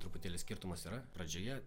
truputėlį skirtumas yra pradžioje